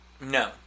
No